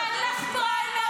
אין לך פריימריז.